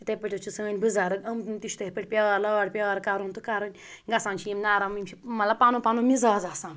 تِتھٕے پٲٹھۍ حظ چھِ سٲنۍ بزَرٕگ یِم تہِ چھِ یِتھٕے پٲٹھۍ لاڈ پیار کَرُن تہٕ کَرٕنۍ گَژھان چھِ یِم نَرم یِم چھِ مَطلَب پَنُن پَنُن مِزاز آسان